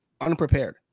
Unprepared